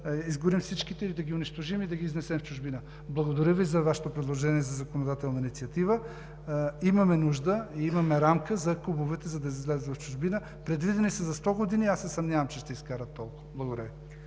изгорим всичките или да ги унищожим и да ги изнесем в чужбина. Благодаря Ви за Вашето предложение за законодателна инициатива. Имаме нужда, имаме рамка за кубовете, за да излязат в чужбина. Предвидени са за 100 години, аз се съмнявам, че ще изкарат толкова. Благодаря